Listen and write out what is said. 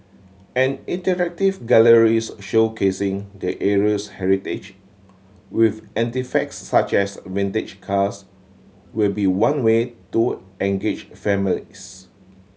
an interactive galleries showcasing the area's heritage with anti facts such as vintage cars will be one way to engage families